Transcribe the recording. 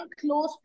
close